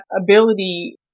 ability